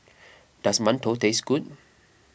does Mantou taste good